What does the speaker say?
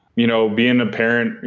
you know being a parent,